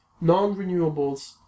non-renewables